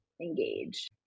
engage